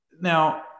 now